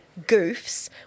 goofs